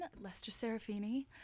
Lester-Serafini